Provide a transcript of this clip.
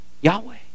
Yahweh